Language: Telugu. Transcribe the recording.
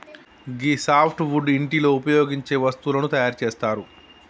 గీ సాప్ట్ వుడ్ ఇంటిలో ఉపయోగించే వస్తువులను తయారు చేస్తరు